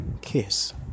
kiss